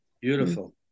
Beautiful